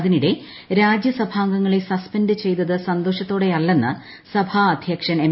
അതിനിടെ രാജ്യസഭാംഗങ്ങളെ സസ്പെൻഡ് ചെയ്തത് സന്തോഷത്തോടെയല്ലെന്ന് സഭാ അദ്ധ്യക്ഷൻ എം